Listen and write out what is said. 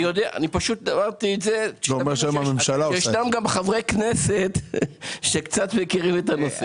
אני אמרתי את זה כי יש גם חברי כנסת שקצת מכירים את הנושא.